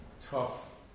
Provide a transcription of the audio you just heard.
tough